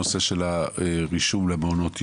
הנושא של הרישום למעונות יום,